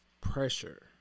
pressure